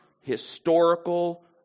historical